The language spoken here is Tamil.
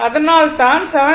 அதனால்தான் 7